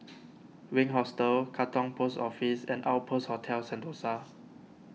Wink Hostel Katong Post Office and Outpost Hotel Sentosa